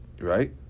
right